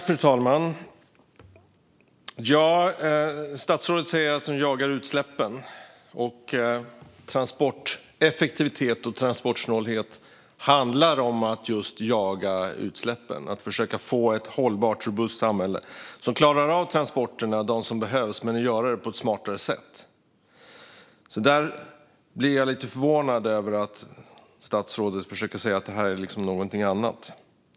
Fru talman! Statsrådet säger att han jagar utsläppen. Transporteffektivitet och transportsnålhet handlar just om att jaga utsläppen och om att försöka få ett hållbart och robust samhälle som klarar av de transporter som behövs men på ett smartare sätt. Jag blir lite förvånad när statsrådet säger att det är något annat.